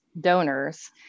donors